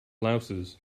louses